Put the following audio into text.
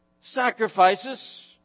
sacrifices